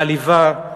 מעליבה,